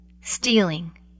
stealing